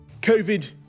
Covid